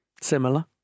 similar